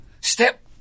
step